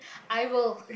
i will